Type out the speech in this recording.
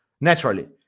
naturally